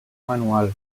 manual